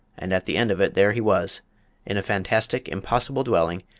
and at the end of it there he was in a fantastic, impossible dwelling,